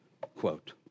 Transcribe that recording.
quote